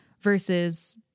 versus